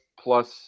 plus